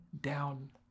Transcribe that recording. down